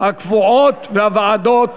הקבועות והוועדות